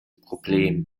problem